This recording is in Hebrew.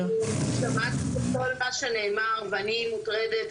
שמעתי את כל מה שנאמר ואני מוטרדת,